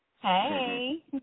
Hey